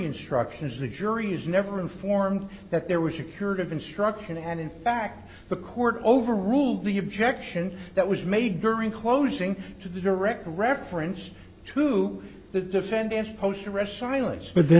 instructions the jury is never informed that there was a curative instruction and in fact the court overruled the objection that was made during closing to the direct reference to the defendant's post arrest silence but then